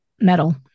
Metal